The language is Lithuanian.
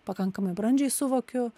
pakankamai brandžiai suvokiu